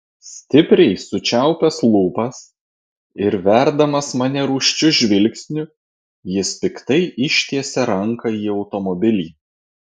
stipriai sučiaupęs lūpas ir verdamas mane rūsčiu žvilgsniu jis piktai ištiesia ranką į automobilį